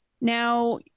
Now